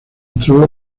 entró